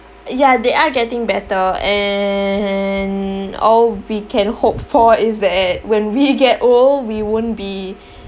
ya they are getting better and all we can hope for is that when we get old we won't be